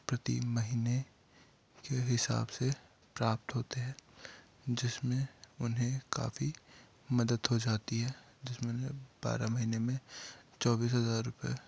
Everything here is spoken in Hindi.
प्रति महीने के हिसाब से प्राप्त होने हैं जिसमें उन्हें काफ़ी मदद हो जाती है जिस बारह महीने में चौबीस हजार रूपए